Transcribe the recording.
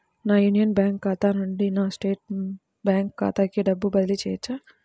నా union bank ఖాతా నుండి నా స్టేట్ బ్యాంకు ఖాతాకి డబ్బు బదిలి చేయవచ్చా?